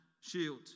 shield